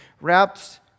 wrapped